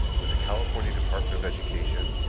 with the california department of education,